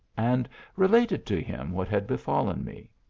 and related to him what had befallen me.